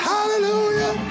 Hallelujah